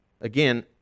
again